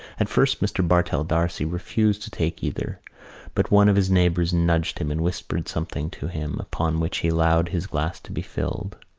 at first mr. bartell d'arcy refused to take either but one of his neighbours nudged him and whispered something to him upon which he allowed his glass to be filled.